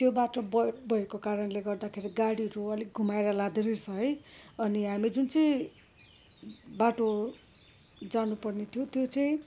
त्यो बाटो बन्द भएको कारणले गर्दाखेरि गाडीहरू अलिक घुमाएर लाँदैरहेछ है अनि हामी जुन चाहिँ बाटो जानुपर्ने थियो त्यो चाहिँ